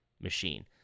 machine